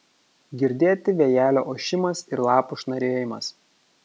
girdėti vėjelio ošimas ir lapų šnarėjimas